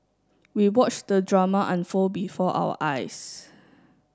we watched the drama unfold before our eyes